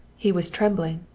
he was trembling.